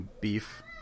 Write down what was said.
beef